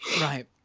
Right